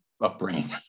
upbringing